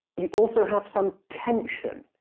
you also have some tension.